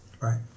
Right